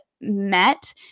met